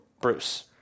Bruce